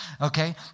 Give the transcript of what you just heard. okay